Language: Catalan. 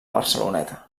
barceloneta